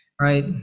right